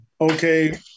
Okay